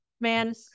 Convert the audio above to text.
man